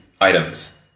items